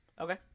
Okay